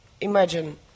imagine